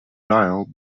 dial